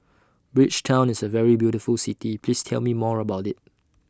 Bridgetown IS A very beautiful City Please Tell Me More about IT